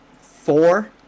four